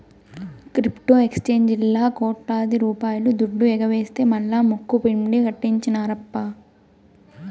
crypto ఎక్సేంజీల్లా కోట్లాది రూపాయల దుడ్డు ఎగవేస్తె మల్లా ముక్కుపిండి కట్టించినార్ప